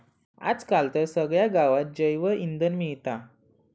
आज काल तर सगळ्या गावात जैवइंधन मिळता